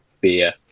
beer